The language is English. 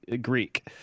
Greek